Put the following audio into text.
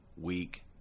Week